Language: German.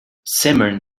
semmeln